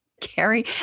Carrie